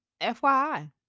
FYI